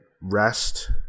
rest